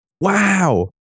wow